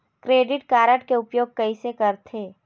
Credit card के उपयोग कैसे करथे?